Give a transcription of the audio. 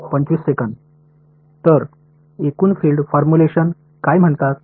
तर एकूण field formulation काय म्हणतात